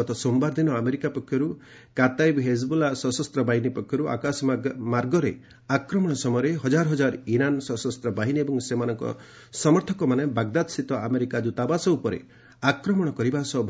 ଗତ ସୋମବାର ଦିନ ଆମେରିକା ପକ୍ଷର୍ଚ କାତାଇବ୍ ହେଜବୁଲା ସଶସ୍ତ ବାହିନୀ ପକ୍ଷରୁ ଆକାଶମାର୍ଗରେ ଆକ୍ରମଣ ସମୟରେ ହଜାର ହଜାର ଇରାନ ସଶସ୍ତ୍ରବାହିନୀ ଏବଂ ସେମାନଙ୍କ ସମର୍ଥକମାନେ ବାଗଦାଦସ୍ତିତ ଆମେରିକା ଦତାବାସ ଉପରେ